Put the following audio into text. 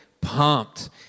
pumped